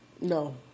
No